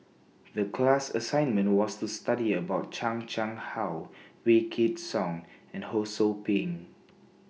The class assignment was to study about Chan Chang How Wykidd Song and Ho SOU Ping